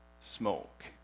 Smoke